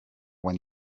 when